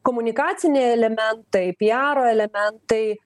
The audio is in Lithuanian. komunikaciniai elementai piaro elementai